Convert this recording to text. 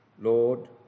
Lord